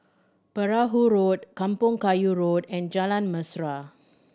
Perahu Road Kampong Kayu Road and Jalan Mesra